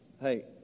Hey